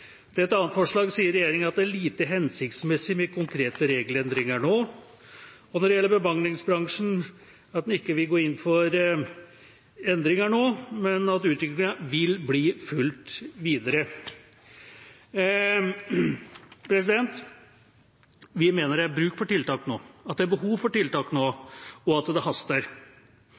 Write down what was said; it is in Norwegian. Til et annet forslag sier regjeringa at det er lite hensiktsmessig med konkrete regelendringer nå, og når det gjelder bemanningsbransjen, at en ikke vil gå inn for endringer nå, men at utviklinga vil bli fulgt videre. Vi mener det er bruk for tiltak nå, at det er behov for tiltak nå, og at det haster.